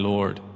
Lord